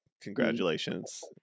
congratulations